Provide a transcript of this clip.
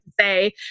say